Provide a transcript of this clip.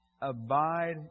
abide